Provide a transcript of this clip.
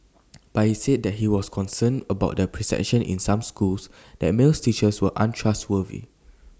but he said that he was concerned about A perception in some schools that male teachers were untrustworthy